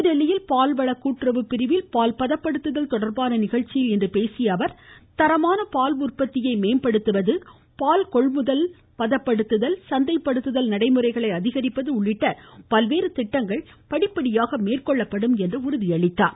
புதுதில்லியில் பால்வள கூட்டுறவு பிரிவில் பால் பதப்படுத்துதல் தொடா்பான நிகழ்ச்சியில் இன்று பேசிய அவர் தரமான பால் உற்பத்தியை மேம்படுத்துவது பால் கொள்முதல் பதப்படுத்துதல் சந்தை படுத்துதல் நடைமுறைகளை அதிகரிப்பது உள்ளிட்ட பல்வேறு திட்டங்கள் படிப்படியாக மேற்கொள்ளப்படும் என்றார்